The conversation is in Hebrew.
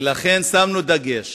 ולכן, שמנו דגש